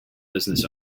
business